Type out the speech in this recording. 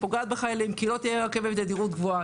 היא פוגעת בחיילים כי היא לא תהיה רכבת בתדירות גבוהה,